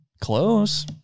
close